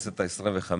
לכנסת ה-25,